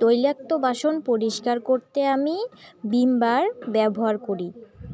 তৈলাক্ত বাসন পরিষ্কার করতে আমি ভিমবার ব্যবহার করি